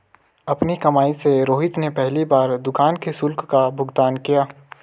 अपनी कमाई से रोहित ने पहली बार दुकान के शुल्क का भुगतान किया